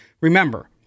remember